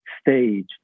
stage